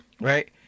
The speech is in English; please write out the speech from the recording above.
right